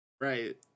Right